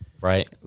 right